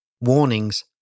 warnings